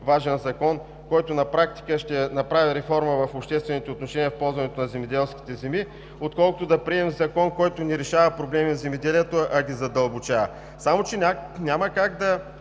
важен закон, който на практика ще направи реформа в обществените отношения, в ползването на земеделските земи, отколкото да приемем закон, който не решава проблемите на земеделието, а ги задълбочава. Само че няма как да